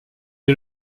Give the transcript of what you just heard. est